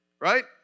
right